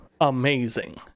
amazing